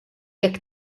jekk